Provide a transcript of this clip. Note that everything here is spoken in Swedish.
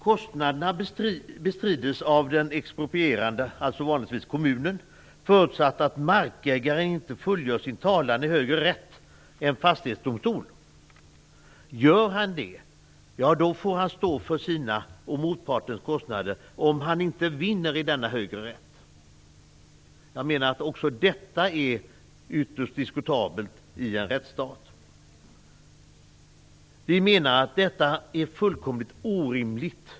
Kostnaderna bestrids av den exproprierande, alltså vanligtvis kommunen, förutsatt att markägaren inte för sin talan i högre rätt än i fastighetsdomstol. Gör han det får han, om han inte vinner i den högre rätten, stå för sina egna och motpartens kostnader. Jag menar att också detta är ytterst diskutabelt i en rättsstat. Vi menar att detta är fullkomligt orimligt.